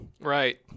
Right